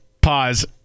Pause